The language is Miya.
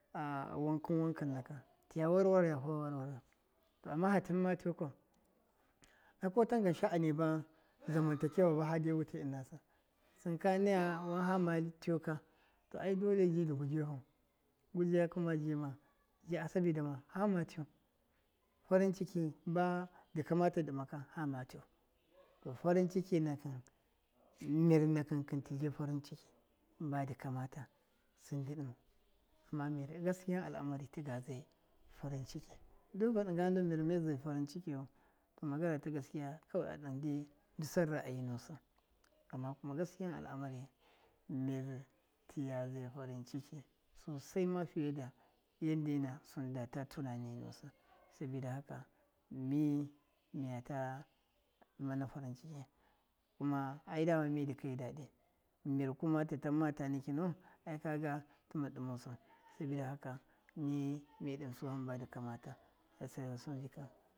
wankɨn- wan kɨnna ka tiya warwayafu warwayau to ama fatanma tikwa ai kotangan sha’ani ba zaman ta kewa ba fade wutai ɨna sɨn sɨn kanaya wan fama tyu ka, to ai dole ji dɨ gujifu gujakɨ ma jimai ji asalt dɨma fama tyu farin ciki badɨ kamata dɨ dɨma ka fama tyu, to farin ciki nakɨn, mir nakɨnkɨn tɨji farin ciki badɨ kamata sɨn dɨ dɨmau ama mir gaskiyan al’amarɨ tɨga ze farɨn ciki du ba dɨnga ndu mir maze farɨn cikiyu, to magana ta gaskiya to a dɨndai son ra’ayi nusɨ, ama kuma gaskiyan al’amarɨ mir tiya ze farɨn ciki sosaima fiyena fadata tinanɨ musɨ sabida haka mi ya dvmana farin ciki kuma ai dama dɨkai daɗɨ, mir kuma tɨtanma nikinu, ai kaga tɨma dɨmusu sabida haka mi, mi dɨnsu hambadɨ kamata, ase wank ajika.